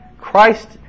Christ